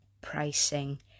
pricing